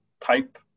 type